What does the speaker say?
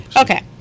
Okay